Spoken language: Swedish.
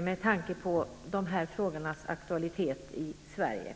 med tanke på de här frågornas aktualitet i Sverige.